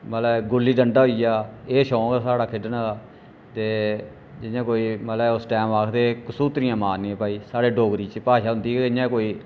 मतलब गुल्ली डंडा होई गेआ एह् शौक हा साढ़ा खेढने दा ते जि'यां कोई मतला उस टैम आखदे घसूतड़ियां मारनियां भाई साढ़े डोगरी च भाशा होंदी ही इ'यां कोई